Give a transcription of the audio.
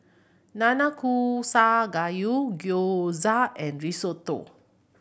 Nanakusa Gayu Gyoza and Risotto